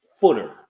footer